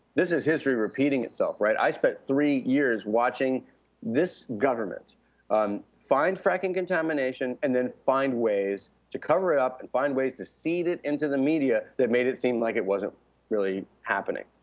this is history repeating itself, right. i spent three years watching this government um find fracking contamination, and then find ways to cover it up and find ways to seed it into the media that made it seem like it wasn't really happening.